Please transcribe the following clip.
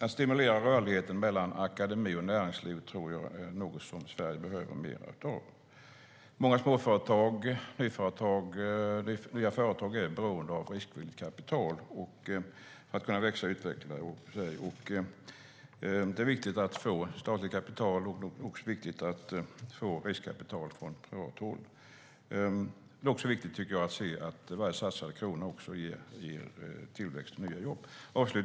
Att stimulera rörligheten mellan akademi och näringsliv tror jag är något som Sverige behöver mer av. Många småföretag och nya företag är beroende av riskvilligt kapital för att kunna växa och utvecklas. Det är viktigt att få statligt kapital och också att få riskkapital från privat håll. Det är också viktigt att se att varje satsad krona ger tillväxt och nya jobb.